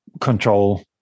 control